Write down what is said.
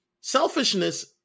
Selfishness